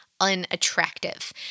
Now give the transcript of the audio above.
unattractive